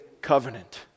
covenant